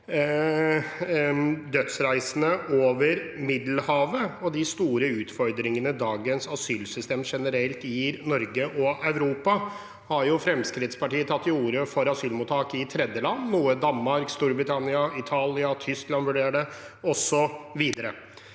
dødsreisene over Middelhavet og de store utfordringene dagens asylsystem generelt gir Norge og Europa, har Fremskrittspartiet tatt til orde for asylmottak i tredjeland, noe Danmark, Storbritannia, Italia, Tyskland osv. vurderer. Tidligere